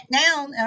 down